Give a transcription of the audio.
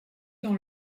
dans